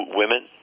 women